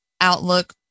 outlook